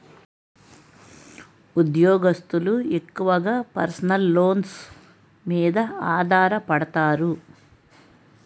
ఉద్యోగస్తులు ఎక్కువగా personal loans మీద ఆధారపడతారు